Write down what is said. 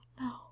no